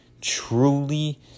truly